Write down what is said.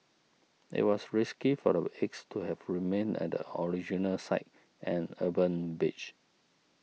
it was risky for the eggs to have remained at the original site an urban beach